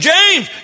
James